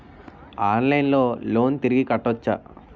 ఆన్లైన్లో లోన్ తిరిగి కట్టోచ్చా?